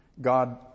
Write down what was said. God